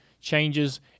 changes